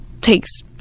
takes